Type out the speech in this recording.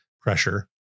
pressure